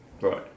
Right